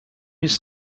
his